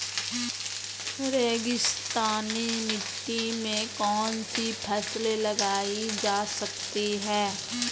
रेगिस्तानी मिट्टी में कौनसी फसलें उगाई जा सकती हैं?